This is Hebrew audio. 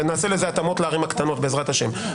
ונעשה לזה התאמות לערים הקטנות בעזרת השם.